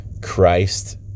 Christ